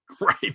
Right